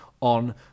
on